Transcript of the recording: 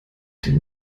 den